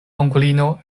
onklino